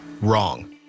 wrong